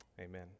amen